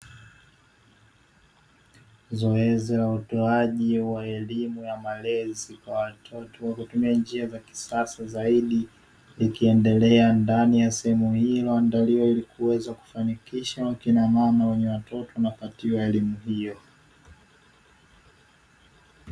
Zoezi la utoaji wa elimu ya malezi kwa watoto kwa kutumia njia za kisasa zaidi, ikiendelea ndani ya sehemu hiyo iliyoandaliwa ili kuweza kufanikisha wakina mama wenye watoto wanapatiwa elimu hiyo.